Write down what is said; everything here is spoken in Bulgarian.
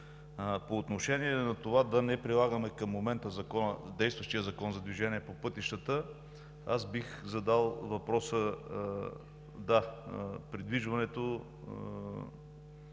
По отношение на това да не прилагаме към момента действащия Закон за движение по пътищата бих задал въпроса: да, придвижването